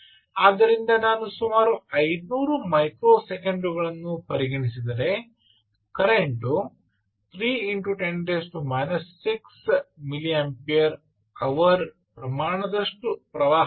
ಆದ್ದರಿಂದ ನಾನು ಸುಮಾರು 500 ಮೈಕ್ರೊ ಸೆಕೆಂಡುಗಳನ್ನು ಪರಿಗಣಿಸಿದರೆ ಕರೆಂಟು 3X10 6 ಮಿಲಿಯಂಪೇರ್ ಅವರ್ ಪ್ರಮಾಣದಷ್ಟು ಪ್ರವಾಹವಾಗಿದೆ